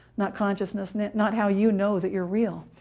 not consciousness. and not how you know that you're real.